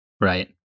Right